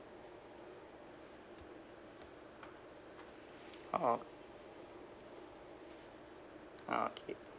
orh okay